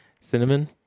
Cinnamon